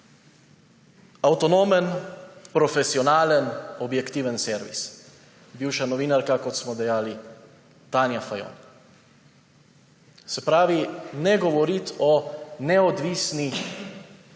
Avtonomen, profesionalen, objektiven servis. Bivša novinarka, kot smo dejali, Tanja Fajon. Se pravi, ne govoriti o neodvisnih